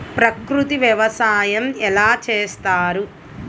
ప్రకృతి వ్యవసాయం ఎలా చేస్తారు?